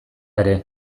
ere